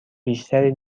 بیشتری